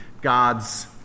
God's